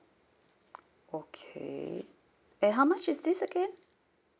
okay and how much is this again